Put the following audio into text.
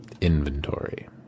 Inventory